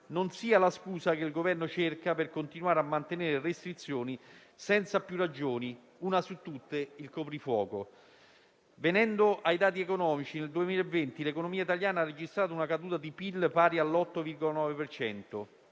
non sia la scusa che il Governo cerca per continuare a mantenere restrizioni senza più ragioni (una su tutte, il coprifuoco). Venendo ai dati economici, nel 2020 l'economia italiana ha registrato una caduta di PIL pari all'8,9